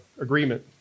agreement